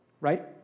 Right